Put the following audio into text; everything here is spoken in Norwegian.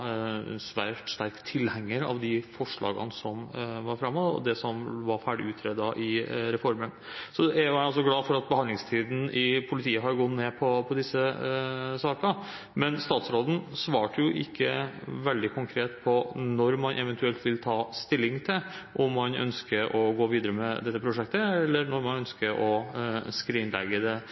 ferdig utredet i reformen. Jeg er også glad for at behandlingstiden i politiet har gått ned på disse sakene, men statsråden svarte jo ikke veldig konkret på når man eventuelt ville ta stilling til om man ønsker å gå videre med dette prosjektet, eller om man ønsker å skrinlegge det.